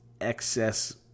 excess